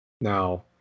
Now